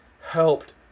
helped